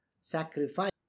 sacrifice